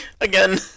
Again